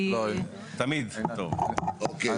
אוקיי.